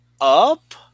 up